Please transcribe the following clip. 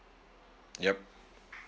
yup